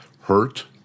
hurt